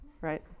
right